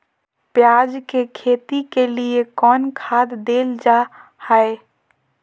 प्याज के खेती के लिए कौन खाद देल जा हाय?